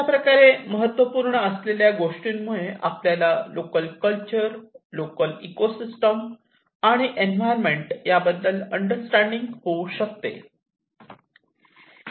अशाप्रकारे महत्त्वपूर्ण असलेल्या गोष्टींमुळे आपल्याला लोकल कल्चर लोकल इकोसिस्टम आणि एन्व्हायरमेंट याबद्दल अंडरस्टँडिंग होऊ शकते